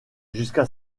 jusqu’à